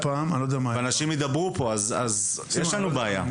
אנשים יתארו זאת בהמשך אז יש לנו בעיה.